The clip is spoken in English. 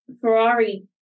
Ferrari